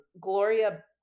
Gloria